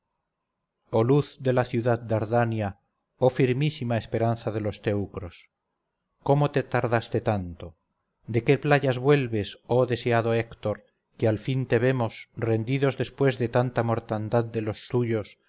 oh luz de la ciudad dardania oh firmísima esperanza de los teucros cómo te tardaste tanto de qué playas vuelves oh deseado héctor que al fin te vemos rendidos después de tanta mortandad de los tuyos